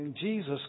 Jesus